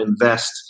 invest